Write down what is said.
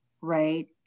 right